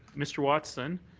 mr. watson,